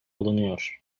bulunuyor